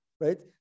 right